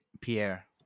Pierre